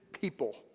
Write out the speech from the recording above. people